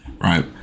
Right